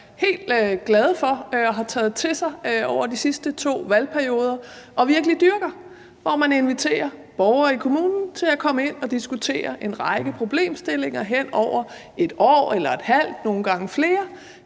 helt glade for og har taget til sig over de sidste to valgperioder og virkelig dyrker. Her inviterer man borgere i kommunen til at komme ind at diskutere en række problemstillinger hen over et år eller et halvt – nogle gange flere